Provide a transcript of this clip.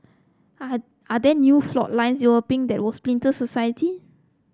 are are there new flour lines your been that will splinter society